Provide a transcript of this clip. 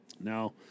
Now